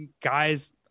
guys